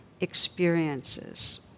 experiences